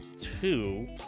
two